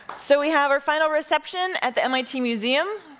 so we have our final reception at the mit museum.